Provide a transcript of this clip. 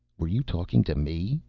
were you talking to me?